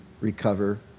recover